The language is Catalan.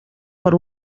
per